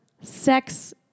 sex